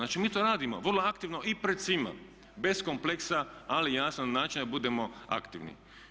Znači, mi to radimo vrlo aktivno i pred svima bez kompleksa, ali jasno na način da budemo aktivni.